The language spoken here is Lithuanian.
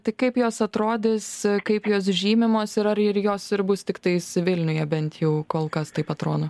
tai kaip jos atrodys kaip jos žymimos ir ar ir jos ir bus tiktais vilniuje bent jau kol kas taip atrodo